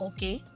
Okay